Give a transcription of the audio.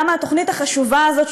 למה התוכנית החשובה הזאת,